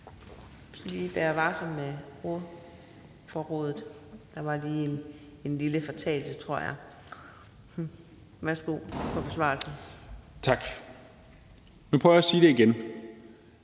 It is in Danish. Nu prøver jeg at sige det igen.